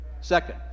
Second